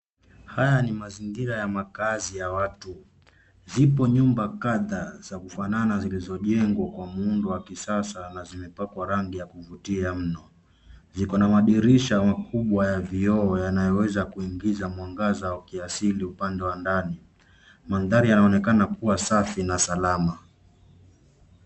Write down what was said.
Haya ni mazingira ya makazi ya watu. Zipo nyumba kadhaa za kufanana zilizojengwa kwa muundo wa kisasa na zimepakwa rangi ya kuvutia mno. Ziko na madirisha makubwa ya vioo yanayoweza kuingiza mwangaza wa kiasili upande wa ndani. Mandhari yanaonekana kuwa safi na salama.